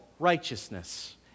righteousness